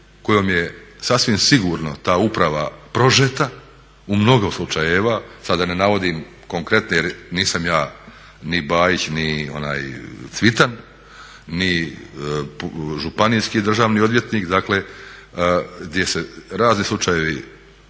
kojom je sasvim sigurno ta uprava prožeta u mnogo slučajeva, sad da ne navodim konkretne jer nisam ja ni Bajić ni Cvitan ni županijski državni odvjetnik, dakle gdje su se razni slučajevi